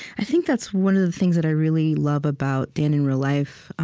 i think that's one of the things that i really love about dan in real life.